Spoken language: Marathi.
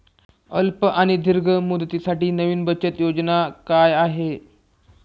अल्प आणि दीर्घ मुदतीसाठी नवी बचत योजना काय आहे?